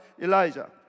Elijah